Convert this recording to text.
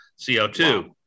co2